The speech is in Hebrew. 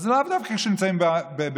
אז לאו דווקא כשנמצאים אי-שם